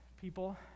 people